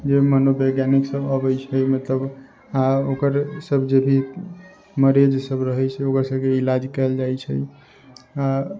जे मनोवैज्ञानिक सब अबै छै मतलब ओकर सब जे भी मरीज सब रहै छै ओकर सबके इलाज कयल जाइ छै आओर